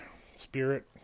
spirit